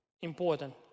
important